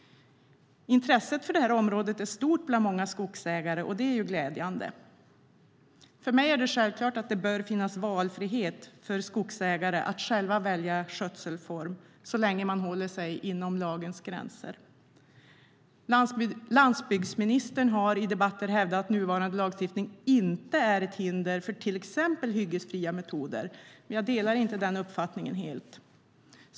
Intresset för det här området är stort bland många skogsägare, och det är glädjande. För mig är det självklart att det bör finnas valfrihet för skogsägare att själva välja skötselform så länge man håller sig inom lagens gränser. Landsbygdsministern har i debatter hävdat att nuvarande lagstiftning inte är ett hinder för till exempel hyggesfria metoder. Jag delar inte den uppfattningen helt.